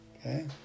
Okay